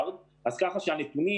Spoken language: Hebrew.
זאת ההקלה המשמעותית, כמעט היחידה, שהממשלה